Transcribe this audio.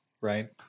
right